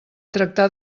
tractar